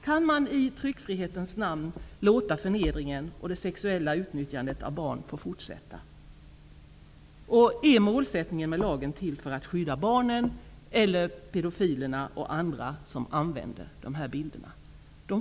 Kan man i tryckfrihetens namn låta förnedringen och det sexuella utnyttjandet av barn få fortsätta? Är målsättningen med lagen att skydda barnen, eller pedofilerna och andra som använder dessa bilder?